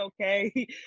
okay